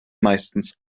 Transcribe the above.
meistens